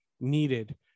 needed